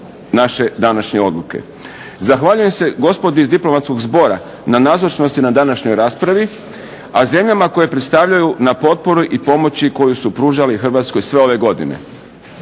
naše današnje odluke. Zahvaljujem se gospodi iz diplomatskog zbora na nazočnosti na današnjoj raspravi, a zemljama koje predstavljaju na potpori i pomoći koju su pružali Hrvatskoj sve ove godine.